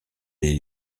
les